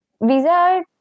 Visa